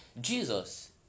Jesus